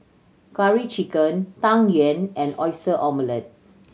Curry Chicken Tang Yuen and Oyster Omelette